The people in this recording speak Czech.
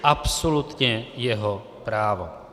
Absolutně jeho právo.